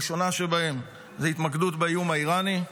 הראשונה שבהן זה התמקדות באיום האיראני,